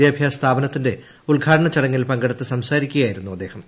വിദ്യാഭ്യാസ സ്ഥാപനത്തിന്റെ കൂട്ട്ഘാടന ചടങ്ങിൽ പങ്കെടുത്ത് സംസാരിക്കുകയായിരുന്നു ആദ്ദേഹം